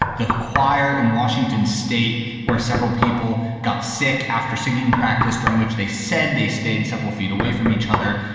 the choir in washington state where several people got sick after singing practice duhring, which they said they stayed several feet away from each other.